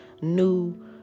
new